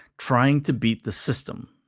trying to beat the system.